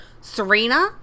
Serena